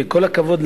עם כל הכבוד,